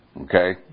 Okay